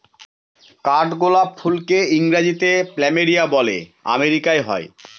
কাঠগোলাপ ফুলকে ইংরেজিতে প্ল্যামেরিয়া বলে আমেরিকায় হয়